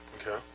Okay